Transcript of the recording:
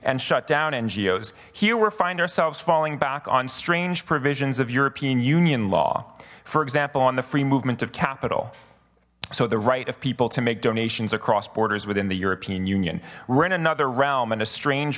and shut down ngos here we find ourselves falling back on strange provisions of european union law for example on the free movement of capital so the right of people to make donations across borders within the european union we're in another realm in a strange